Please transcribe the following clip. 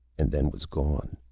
and then was gone.